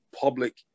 public